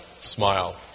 smile